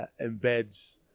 embeds